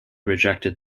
rejected